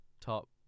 top